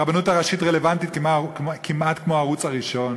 הרבנות הראשית רלוונטית כמעט כמו הערוץ הראשון.